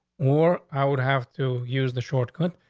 or i would have to use the shortcut,